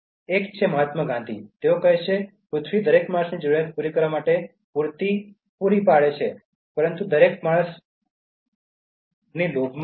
એક મહાત્મા ગાંધીમાંથી છે તેઓ કહે છે પૃથ્વી દરેક માણસની જરૂરિયાત પૂરી કરવા માટે પૂરતી છે પરંતુ દરેક માણસની લોભ માટે પૂરતી નથી